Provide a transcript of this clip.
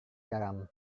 garam